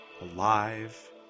alive